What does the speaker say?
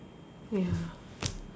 ya